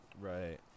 Right